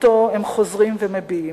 שאותו הם חוזרים ומביעים.